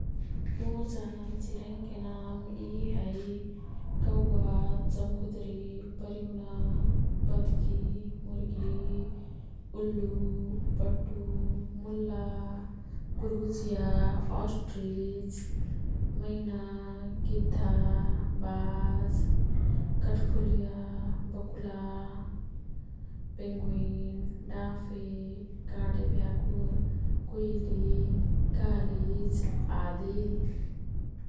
मोर् जानल चिरैनके नाम यी है। कौवा, चमगुदरी, परय्युना, बत्की, मुर्गी, उल्लु, पट्टु, मुल्ला, गुर्गुचिया, अस्ट्रिच, मैना, गिद्धा, बाज, कठ्खुलिया, बकुला, पेन्गुइन, डाँफे, काँडेभ्याकुर, कुइली, कालिज आदि।